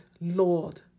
Lord